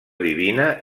divina